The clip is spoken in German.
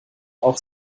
auch